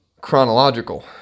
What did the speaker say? chronological